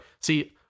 See